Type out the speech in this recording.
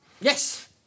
Yes